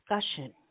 discussion